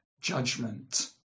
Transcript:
judgment